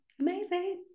amazing